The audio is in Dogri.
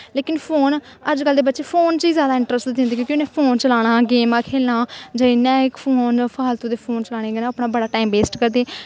लेकिन फोन अज कल दे बच्चे फोन च जादा इंट्रस्ट दिंदे क्योंकि उनैं फोन चलाना गेमां खेलना जे इयां इक फोन फालतू दे फोन चलाने कन्नै अपना बड़ा टाईम बेस्ट करदे